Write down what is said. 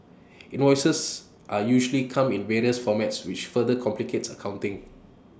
invoices are usually come in various formats which further complicates accounting